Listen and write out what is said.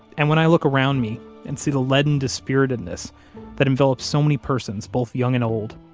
and when i look around me and see the leaden dispiritedness that envelops so many persons, both young and old,